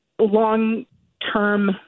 long-term